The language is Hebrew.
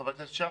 חבר הכנסת שלח,